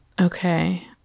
Okay